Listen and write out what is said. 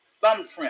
thumbprint